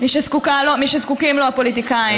משזקוקים לו הפוליטיקאים.